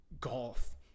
golf